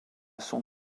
son